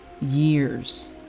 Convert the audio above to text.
years